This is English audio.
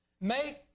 Make